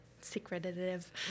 Secretive